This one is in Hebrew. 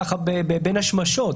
בין השמשות?